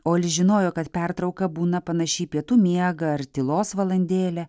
olis žinojo kad pertrauka būna panaši į pietų miegą ar tylos valandėlę